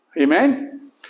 amen